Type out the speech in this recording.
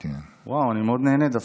אני מאוד נהנה דווקא.